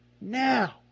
now